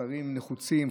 חוסרים נחוצים,